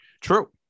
True